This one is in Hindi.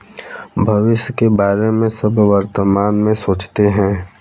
भविष्य के बारे में सब वर्तमान में सोचते हैं